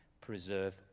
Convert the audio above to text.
preserve